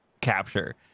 capture